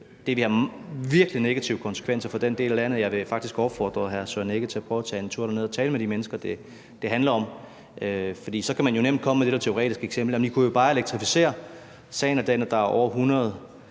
Det ville have virkelig negative konsekvenser for den del af landet. Jeg vil faktisk opfordre hr. Søren Egge Rasmussen til at prøve at tage en tur derned og tale med de mennesker, det handler om. For man kan nemt komme med det der teoretiske eksempel og sige: Jamen I kunne jo bare elektrificere. Sagen er den, at der er,